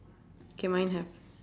K mine have